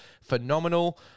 phenomenal